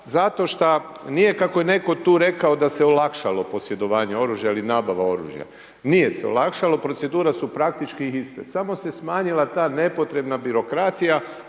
Zato što nije kako je netko tu rekao da se olakšalo posjedovanje oružja ili nabava oružja. Nije se olakšalo, procedure su praktički iste. Samo se smanjila ta nepotrebna birokracija,